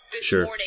Sure